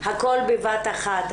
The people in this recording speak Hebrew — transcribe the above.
הכל בבת אחת.